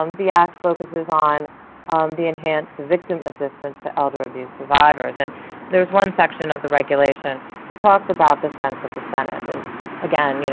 um the act focuses on the enhanced victim assistance to elder abuse survivors. and there's one section of the regulation that talks about the sense of the senate, and again, you know